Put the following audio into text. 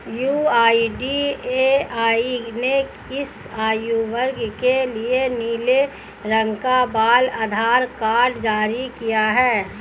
UIDAI ने किस आयु वर्ग के लिए नीले रंग का बाल आधार कार्ड जारी किया है?